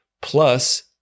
plus